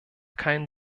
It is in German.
keinen